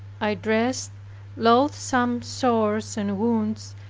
i dressed loathsome sores and wounds,